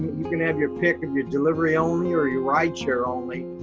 you can have your pick of your delivery only or your rideshare only.